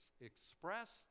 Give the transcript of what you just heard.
Expressed